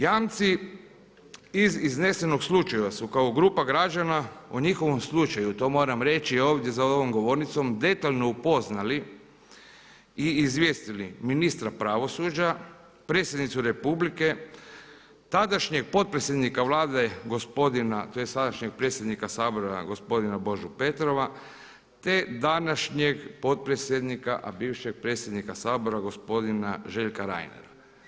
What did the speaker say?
Jamci iz iznesenog slučaja su kao grupa građana o njihovom slučaju, to moram reći ovdje za ovom govornicom, detaljno upoznali i izvijestili ministra pravosuđa, predsjednicu Republike, tadašnjeg potpredsjednika Vlade gospodina tj. sadašnjeg predsjednika Sabora gospodina Božu Petrova te današnjeg potpredsjednika a bivšeg predsjednika Sabora gospodina Željka Reinera.